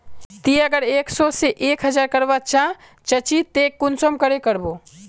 ती अगर एक सो से एक हजार करवा चाँ चची ते कुंसम करे करबो?